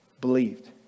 believed